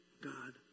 God